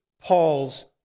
Paul's